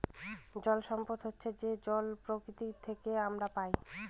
জল সম্পদ হচ্ছে যে জল প্রকৃতি থেকে আমরা পায়